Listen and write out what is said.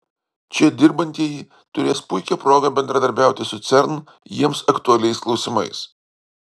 čia dirbantieji turės puikią progą bendradarbiauti su cern jiems aktualiais klausimais